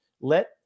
let